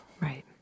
right